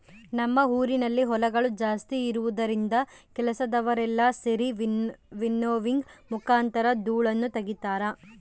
ನಮ್ಮ ಊರಿನಲ್ಲಿ ಹೊಲಗಳು ಜಾಸ್ತಿ ಇರುವುದರಿಂದ ಕೆಲಸದವರೆಲ್ಲ ಸೆರಿ ವಿನ್ನೋವಿಂಗ್ ಮುಖಾಂತರ ಧೂಳನ್ನು ತಗಿತಾರ